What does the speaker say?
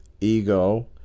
Ego